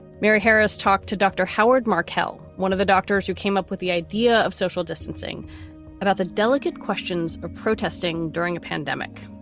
mary harris talked to dr. howard markelle, one of the doctors who came up with the idea of social distancing about the delicate questions of protesting during a pandemic.